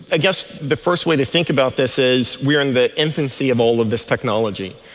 i guess the first way to think about this is we are in the infancy of all of this technology,